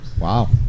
Wow